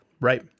Right